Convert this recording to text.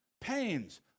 pains